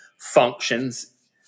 functions